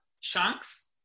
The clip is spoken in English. chunks